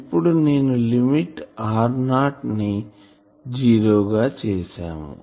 ఇప్పుడు నేను లిమిట్ r0ని జీరో గా చేసాము